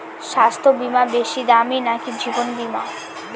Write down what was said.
স্বাস্থ্য বীমা বেশী দামী নাকি জীবন বীমা?